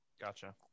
Gotcha